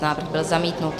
Návrh byl zamítnut.